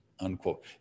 unquote